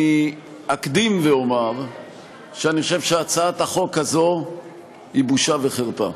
אקדים ואומר שאני חושב שהצעת החוק הזו היא בושה וחרפה.